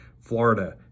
Florida